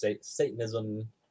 satanism